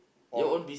all